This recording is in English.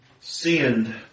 sinned